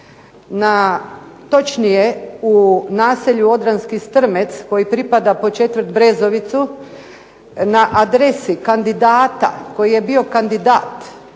na točnije u naselju Odranski Strmec koji pripada pod četvrt Brezovicu na adresi kandidata koji je bio kandidat